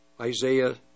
Isaiah